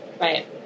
right